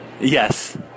Yes